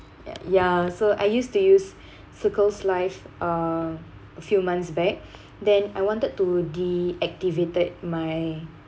ya so I used to use Circles Life uh a few months back then I wanted to deactivated my